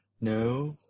no